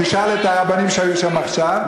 תשאל את הרבנים שהיו שם עכשיו.